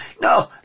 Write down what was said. No